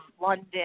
London